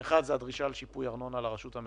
האחד, זו הדרישה לשיפוי ארנונה לרשות המקומית.